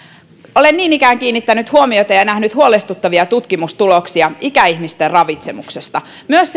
olen niin ikään kiinnittänyt huomiota ja nähnyt huolestuttavia tutkimustuloksia ikäihmisten ravitsemuksesta myös